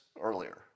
earlier